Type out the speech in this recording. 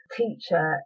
teacher